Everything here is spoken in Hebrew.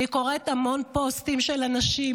אני קוראת המון פוסטים של אנשים